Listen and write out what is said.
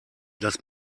das